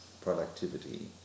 productivity